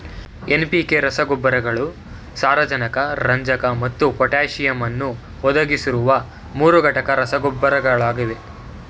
NPK ರಸಗೊಬ್ಬರಗಳು ಸಾರಜನಕ ರಂಜಕ ಮತ್ತು ಪೊಟ್ಯಾಸಿಯಮ್ ಅನ್ನು ಒದಗಿಸುವ ಮೂರುಘಟಕ ರಸಗೊಬ್ಬರಗಳಾಗಿವೆ